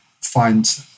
find